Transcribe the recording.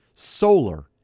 solar